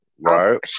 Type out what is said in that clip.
Right